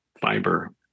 fiber